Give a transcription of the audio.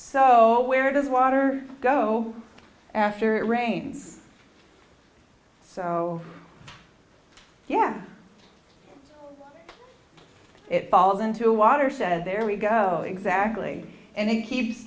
so where does water go after it rains so yeah it falls into water said there we go exactly and